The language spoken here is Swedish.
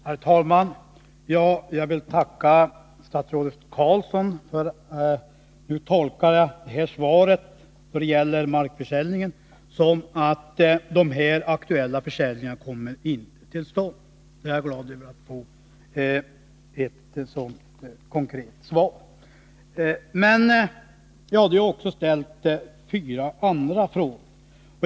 Herr talman! Jag vill tacka statsrådet Roine Carlsson, för nu tolkar jag svaret då det gäller markförsäljningen så, att de här aktuella försäljningarna inte kommer till stånd. Jag är glad över att få ett sådant konkret svar. Men jag hade också ställt fyra andra frågor.